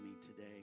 today